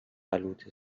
بلوط